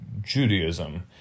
Judaism